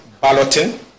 balloting